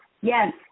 Yes